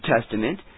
Testament